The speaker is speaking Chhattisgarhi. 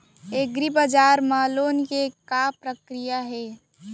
एग्रीबजार मा लोन के का प्रक्रिया हे?